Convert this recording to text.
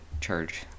charge